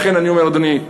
לכן אני אומר, אדוני,